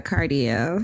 Cardio